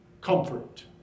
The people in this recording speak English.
comfort